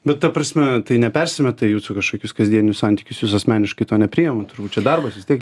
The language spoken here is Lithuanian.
bet ta prasme tai nepersimeta į jūsų kažkokius kasdienius santykius jūs asmeniškai to nepriimat turbūt čia darbas vis tiek